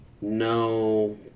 no